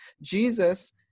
Jesus